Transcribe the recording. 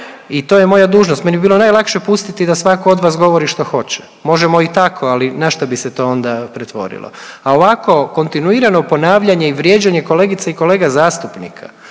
I to je moja dužnost. Meni bi bilo najlakše pustiti da svatko od vas govori što hoće, možemo i tako ali na šta bi se to onda pretvorilo. A ovako kontinuirano ponavljanje i vrijeđanje kolegica i kolega zastupnika